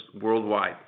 worldwide